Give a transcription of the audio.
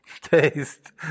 taste